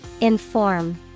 inform